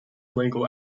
legal